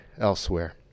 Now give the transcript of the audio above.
elsewhere